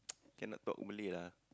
can not talk Malay lah